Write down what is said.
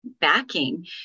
backing